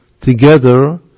together